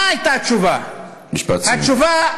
מה התשובה של הצעירים,